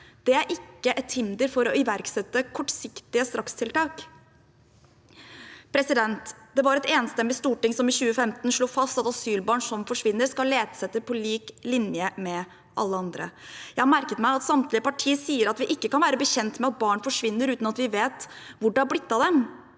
Det er ikke et hinder for å iverksette kortsiktige strakstiltak. Det var et enstemmig storting som i 2015 slo fast at asylbarn som forsvinner, skal letes etter på lik linje med alle andre. Jeg har merket meg at samtlige partier sier at vi ikke kan være bekjent av at barn forsvinner uten at vi vet hvor det har blitt av dem.